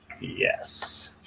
Yes